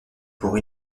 pour